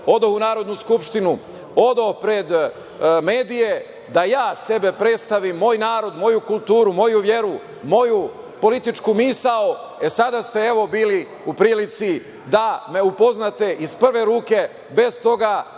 odoh u Narodnu skupštinu, odoh pred medije da ja sebe predstavim, moj narod, moju kulturu, moju veru, moju političku misao. E, sada ste evo bili u prilici da me upoznate iz prve ruke, bez toga da